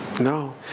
no